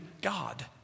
God